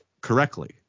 correctly